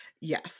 yes